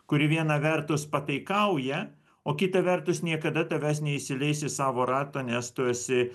kuri viena vertus pataikauja o kita vertus niekada tavęs neįsileis į savo ratą nes tu esi